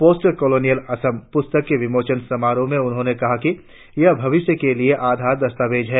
post colonial Assam पुस्तक के विमोचन समारोह में उन्होंने कहा कि यह भविष्य के लिए आधार दस्तावेज है